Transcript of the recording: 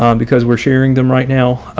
um because we're sharing them right now.